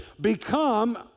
become